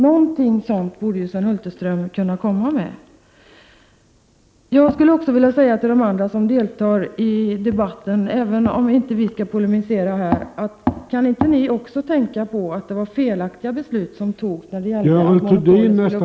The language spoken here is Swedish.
Jag vill utan att polemisera också säga till de övriga som deltar i denna debatt att de bör tänka på att det har fattats felaktiga beslut i detta sammanhang.